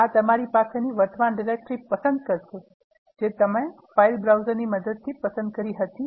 આ તમારી પાસેની વર્તમાન ડિરેક્ટરી પસંદ કરશે જે તમે ફાઇલ બ્રાઉઝરની મદદથી પસંદ કરી હતી